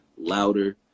louder